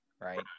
right